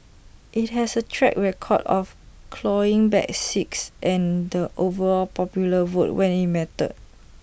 IT has A track record of clawing back six and the overall popular vote when IT mattered